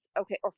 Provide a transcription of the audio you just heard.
Okay